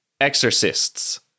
exorcists